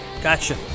Gotcha